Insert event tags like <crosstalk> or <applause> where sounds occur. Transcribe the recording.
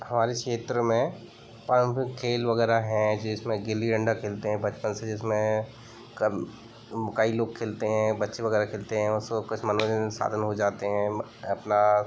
हमारे क्षेत्र में पारंपरिक खेल वगैरह हैं जिसमें गिल्ली डंडा खेलते हैं बचपन से जिसमें <unintelligible> कई लोग खेलते हैं बच्चे वगैरह खेलते हैं उसको कुछ मनोरंजन साधन हो जाते हैं अपना